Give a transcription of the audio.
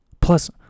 Plus